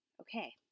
okay